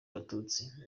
abatutsi